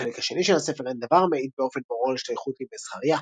בחלק השני של הספר אין דבר המעיד באופן ברור על השתייכות לימי זכריה.